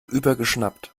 übergeschnappt